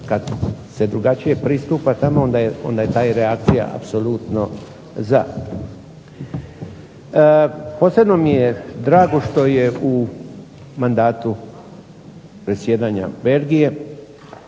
kad se drugačije pristupa tamo onda je ta reakcija apsolutno za. Posebno mi je drago što je u mandatu predsjedanja Belgije